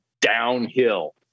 downhill